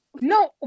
no